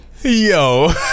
Yo